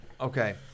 Okay